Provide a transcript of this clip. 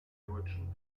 deutschen